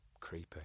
creepy